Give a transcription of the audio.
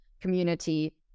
community